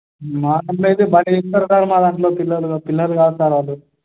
మా ముందైతే బాగానే చెప్తారు సార్ మా దాంట్లో పిల్లలు పిల్లలు కాదు సార్ వాళ్ళు